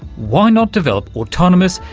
why not develop autonomous,